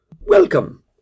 Welcome